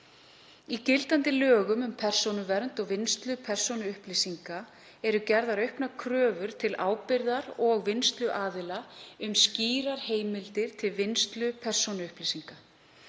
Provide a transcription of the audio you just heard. Í gildandi lögum um persónuvernd og vinnslu persónuupplýsinga eru gerðar auknar kröfur til ábyrgðar- og vinnsluaðila um skýrar heimildir til vinnslu persónuupplýsinga.